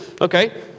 okay